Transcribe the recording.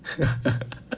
ha ha